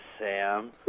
Sam